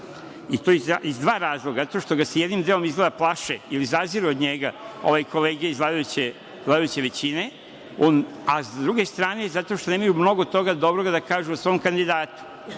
i to iz dva razloga. Prvi je zato što ga se jednim delom izgleda plaše, zaziru od njega ove kolege iz vladajuće većine, a s druge strane zato što nemaju mnogo toga dobroga da kažu o svom kandidatu. Mene